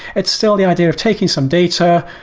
it's still the idea of taking some data,